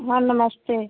हाँ नमस्ते